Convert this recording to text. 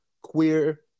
queer